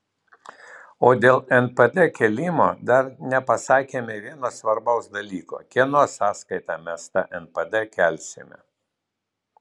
o dėl npd kėlimo dar nepasakėme vieno svarbaus dalyko kieno sąskaita mes tą npd kelsime